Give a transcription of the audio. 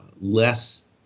less